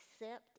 accept